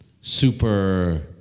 super